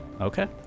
okay